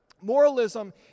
Moralism